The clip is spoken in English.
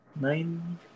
nine